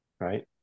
right